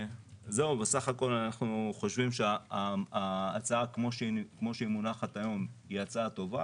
בסך הכול אנחנו חושבים שההצעה כמו שהיא מונחת היום היא הצעה טובה,